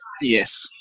Yes